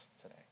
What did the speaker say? today